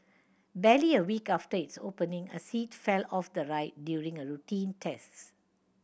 barely a week after its opening a seat fell off the ride during a routine tests